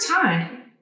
time